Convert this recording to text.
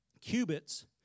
cubits